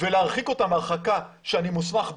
ולהרחיק אותם הרחקה שאני מוסמך בחוק,